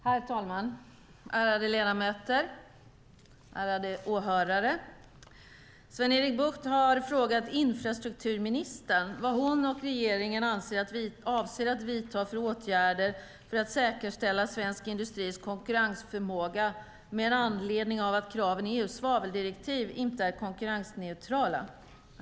Herr talman, ärade ledamöter, ärade åhörare! Sven-Erik Bucht har frågat infrastrukturministern vad hon och regeringen avser att vidta för åtgärder för att säkerställa svensk industris konkurrensförmåga med anledning av att kraven i EU:s svaveldirektiv enligt hans åsikt inte är konkurrensneutrala.